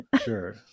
Sure